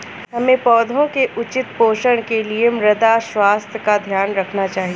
हमें पौधों के उचित पोषण के लिए मृदा स्वास्थ्य का ध्यान रखना चाहिए